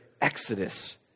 exodus